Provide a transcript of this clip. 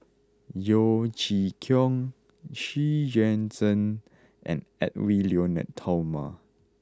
Yeo Chee Kiong Xu Yuan Zhen and Edwy Lyonet Talma